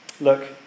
Look